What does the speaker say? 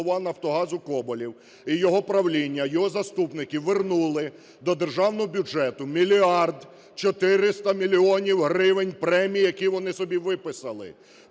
голова "Нафтогазу" Коболєв і його правління, його заступники вернули до державного бюджету 1 мільярд 400 мільйонів гривень премії, які вони собі виписали.